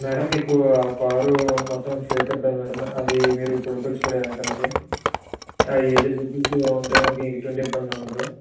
madam మీకు car మొత్తం స్లీపర్దే మ్యాడమ్ అది మీరు పడుకోవచ్చు కూడా వెనకలకి ఏజెన్సీ నుంచి ఏవంటే ఎటువంటి ఇబ్బంది ఉండదు